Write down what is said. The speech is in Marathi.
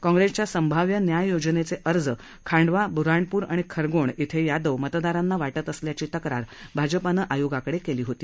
काँप्रेसच्या संभाव्य न्याय योजनेचे अर्ज खांडवा बुऱ्हाणपूर आणि खरगोण इथं यादव मतदारांना वाटत असल्याची तक्रार भाजपानं आयोगाकडे केली होती